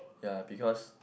ya because